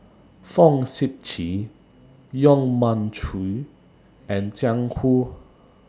Fong Sip Chee Yong Mun Chee and Jiang Hu